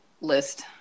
list